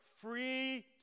free